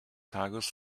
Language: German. tages